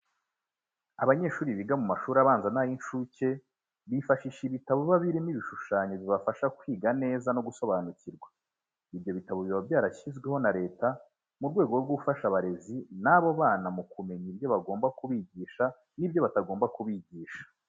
Abanyeshuri biga mu mashuri abanza n'ay'incuke bifashisha ibitabo biba birimo ibihushanyo bibafasha kwiga neza no gusobanukirwa. Ibyo bitabo biba byarashyizweho na leta mu rwego rwo gufasha abarezi b'abo bana mu kumenya ibyo bagomba kubigisha n'ibyo batagomba kubigisha.